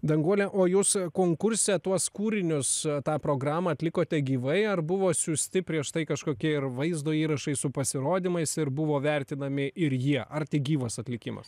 danguole o jūs konkurse tuos kūrinius tą programą atlikote gyvai ar buvo siųsti prieš tai kažkokie ir vaizdo įrašai su pasirodymais ir buvo vertinami ir jie ar tik gyvas atlikimas